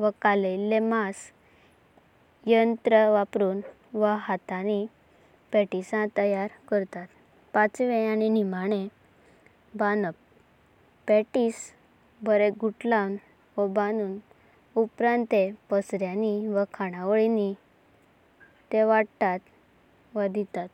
वकाल नशिलेया माणशक।